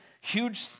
huge